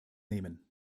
nehmen